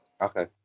Okay